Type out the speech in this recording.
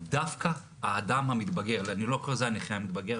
דווקא האדם המתבגר אני לא קורא לזה הנכה המתבגר,